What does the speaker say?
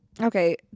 okay